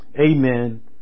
Amen